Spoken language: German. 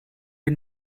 wir